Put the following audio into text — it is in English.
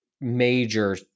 major